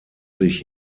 sich